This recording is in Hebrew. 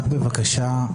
רק בבקשה,